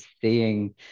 seeing